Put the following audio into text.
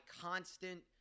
constant